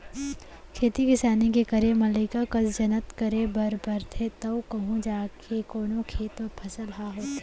खेती किसानी के करे म लइका कस जनत करे बर परथे तव कहूँ जाके कोनो खेत म फसल ह होथे